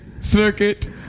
circuit